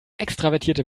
extravertierte